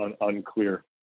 unclear